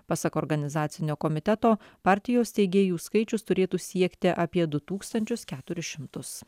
pasak organizacinio komiteto partijos steigėjų skaičius turėtų siekti apie du tūkstančius keturis šimtus